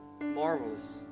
marvelous